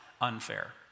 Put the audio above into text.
unfair